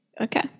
Okay